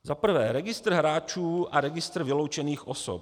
Za prvé, registr hráčů a registr vyloučených osob.